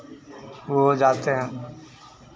वो हो जाते हैं